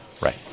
right